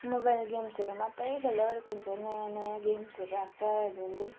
mobile गेम्सहरू मात्रै खेल्दै गरेको हुन्छ नयाँ नयाँ गेम्सहरू राख्छ ढुँढदै